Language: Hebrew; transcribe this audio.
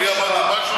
אני אמרתי משהו?